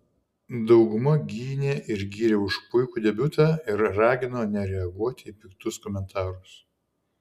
dauguma gynė ir gyrė už puikų debiutą ir ragino nereaguoti į piktus komentarus